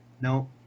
No